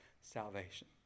salvation